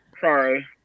Sorry